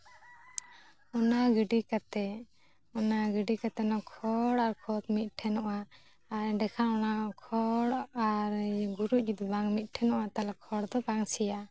ᱚᱱᱟ ᱜᱤᱰᱤ ᱠᱟᱛᱮ ᱚᱱᱟ ᱜᱤᱰᱤ ᱠᱟᱛᱮ ᱚᱱᱟ ᱠᱷᱚᱲ ᱟᱨ ᱠᱷᱚᱛ ᱢᱤᱫ ᱴᱷᱮᱱᱚᱜᱼᱟ ᱟᱨ ᱮᱸᱰᱮ ᱠᱷᱟᱱ ᱚᱱᱟ ᱠᱷᱚᱲ ᱟᱨ ᱜᱩᱨᱤᱡ ᱡᱩᱫᱤ ᱵᱟᱝ ᱢᱤᱫ ᱴᱷᱮᱱᱚᱜᱼᱟ ᱛᱟᱦᱚᱞᱮ ᱠᱷᱚᱲ ᱫᱚ ᱵᱟᱝ ᱥᱮᱭᱟᱜᱼᱟ